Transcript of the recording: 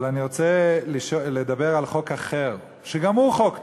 אבל אני רוצה לדבר על חוק אחר, שגם הוא חוק טוב,